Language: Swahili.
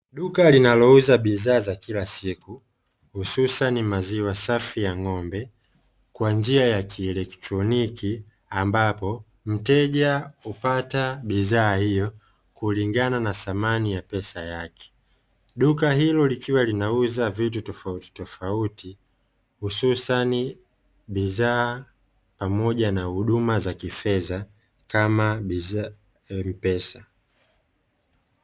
Duka linalouza bidhaa za kila siku, hususani maziwa safi ya ng'ombe kwa njia ya kielektroniki, ambapo mteja hupata bidhaa hiyo kulingana na thamani ya pesa yake. Duka hilo likiwa linauza vitu tofautitofauti, hususani bidhaa pamoja na huduma za kifedha kama "M-PESA."